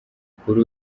kuri